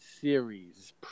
Series